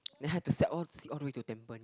then had to sat all all the way to Tampi~